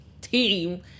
team